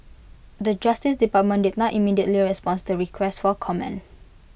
the justice department did not immediately responds to request for comment